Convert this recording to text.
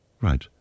Right